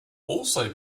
also